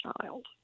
child